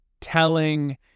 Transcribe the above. telling